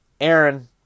Aaron